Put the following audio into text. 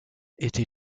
était